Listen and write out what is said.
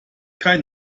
kein